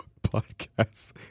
Podcasts